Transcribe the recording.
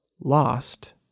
lost